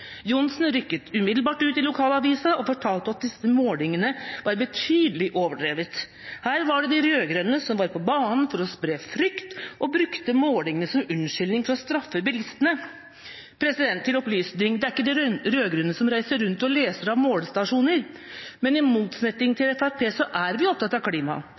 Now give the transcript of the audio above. Johnsen rykket umiddelbart ut i lokalavisen og fortalte at disse målingene var betydelig overdrevet – her var det de rød-grønne som var på banen for å spre frykt, og brukte målingene som unnskyldning for å straffe bilistene. Til opplysning: Det er ikke de rød-grønne som reiser rundt og leser av målestasjoner. Men i motsetning til Fremskrittspartiet er vi opptatt av